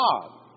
God